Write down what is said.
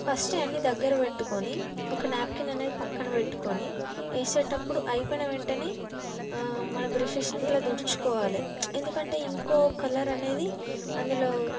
first అన్నీ దగ్గర పెట్టుకొని ఒక నాప్కిన్ అనేది పక్కన పెట్టుకొని వేసేటప్పుడు అయిపోయిన వెంటనే మన బ్రష్యస్ని ఇట్లా తుడుచుకోవాలి ఎందుకంటే ఇంకో కలర్ అనేది అందులో